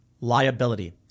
liability